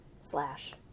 slash